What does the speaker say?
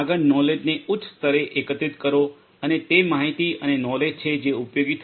આગળ નોલેજને ઉચ્ચ સ્તરે એકત્રિત કરો અને તે માહિતી અને નોલેજ છે જે ઉપયોગી થશે